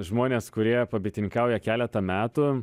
žmonės kurie bitininkauja keletą metų